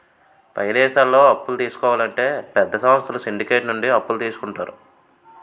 పై దేశాల్లో అప్పులు తీసుకోవాలంటే పెద్ద సంస్థలు సిండికేట్ నుండి అప్పులు తీసుకుంటారు